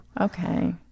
okay